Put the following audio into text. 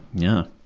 yeah.